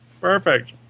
Perfect